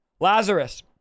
Lazarus